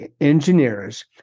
Engineers